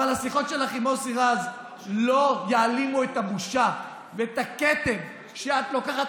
אבל השיחות שלך עם מוסי רז לא יעלימו את הבושה ואת הכתם כשאת לוקחת